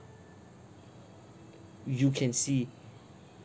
you can see